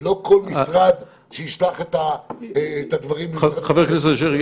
ולא שכל משרד ישלח את הדברים --- חבר הכנסת אשר,